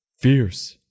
fierce